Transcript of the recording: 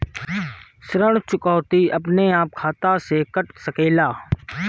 ऋण चुकौती अपने आप खाता से कट सकेला?